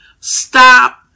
Stop